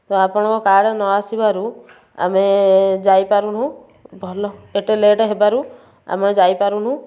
ତ ଆପଣଙ୍କ କାର୍ ନ ଆସିବାରୁ ଆମେ ଯାଇପାରୁନୁ ଭଲ ଏତେ ଲେଟ୍ ହେବାରୁ ଆମେ ଯାଇପାରୁନୁ